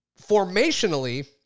formationally